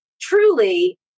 truly